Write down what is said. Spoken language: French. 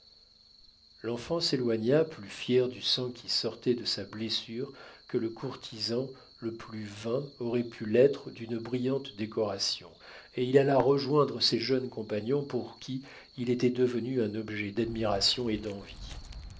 l'enfant s'éloigna plus fier du sang qui sortait de sa blessure que le courtisan le plus vain aurait pu l'être d'une brillante décoration et il alla rejoindre ses jeunes compagnons pour qui il était devenu un objet d'admiration et d'envie